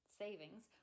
savings